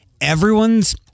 Everyone's